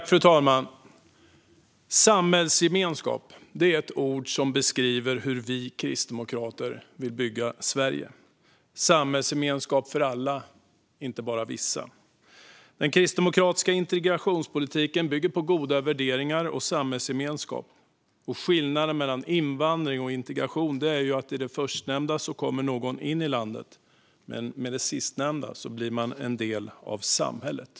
Fru talman! "Samhällsgemenskap" är ett ord som beskriver hur vi kristdemokrater vill bygga Sverige - samhällsgemenskap för alla, inte bara vissa. Den kristdemokratiska integrationspolitiken bygger på goda värderingar och samhällsgemenskap. Skillnaden mellan invandring och integration är att det förstnämnda innebär att någon kommer in i landet och att det sistnämnda innebär att man blir en del av samhället.